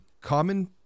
common